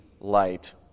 light